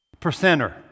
percenter